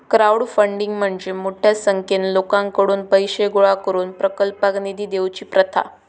crowdfunding म्हणजे मोठ्या संख्येन लोकांकडुन पैशे गोळा करून प्रकल्पाक निधी देवची प्रथा